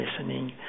listening